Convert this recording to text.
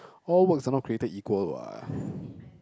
all works are not created equal what